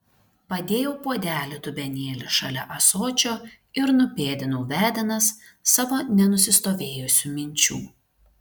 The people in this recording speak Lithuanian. padėjau puodelį dubenėlį šalia ąsočio ir nupėdinau vedinas savo nenusistovėjusių minčių